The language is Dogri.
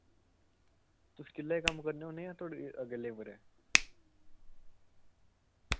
तुस किल्ले ही कम्म करने होन्ने जां थोआढ़ी अग्गै लेबर ऐ